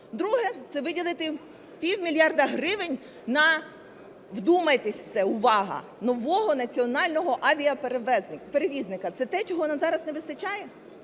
Друге – це виділити пів мільярда гривень на, вдумайтесь в це, увага, – нового національного авіаперевізника. Це те, чого нам зараз не вистачає?